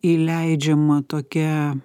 įleidžiama tokia